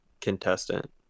contestant